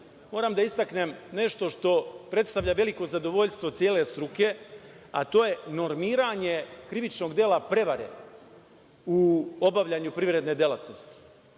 moram da istaknem nešto što predstavlja veliko zadovoljstvo cele struke, a to je normiranje krivičnog dela prevare u obavljanju privredne delatnosti.